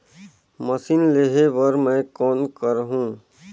Machine लेहे बर मै कौन करहूं?